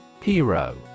Hero